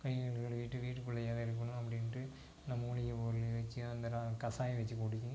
கை கால் கழுவிட்டு வீட்டுக்குள்ளேயே தான் இருக்கணும் அப்படின்ட்டு இந்த மூலிகைப் பொருளை வச்சு அந்த ர கசாயம் வச்சு குடிக்க